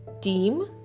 team